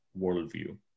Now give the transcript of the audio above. worldview